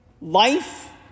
life